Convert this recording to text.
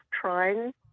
trying